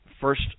first